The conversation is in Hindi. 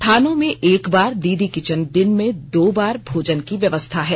थानों में एक बार दीदी किचन दिन में दो बार भोजन की व्यवस्था है